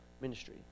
ministry